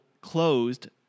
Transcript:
closed